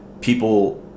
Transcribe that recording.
people